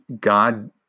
God